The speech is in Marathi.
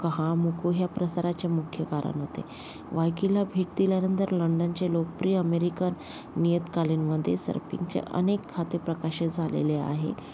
कहामुकू या प्रसाराचे मुख्य कारण होते वायकीला भेट दिल्यानंतर लंडनचे लोकप्रिय अमेरिकन नियतकालिकांमध्ये सर्पिंगचे अनेक खाते प्रकाशित झालेले आहे